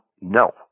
no